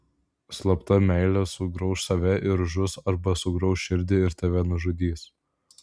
slapta meilė sugrauš save ir žus arba sugrauš širdį ir tave nužudys